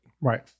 Right